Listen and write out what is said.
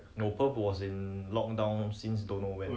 trouble and try to contain the whole COVID situation